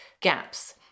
gaps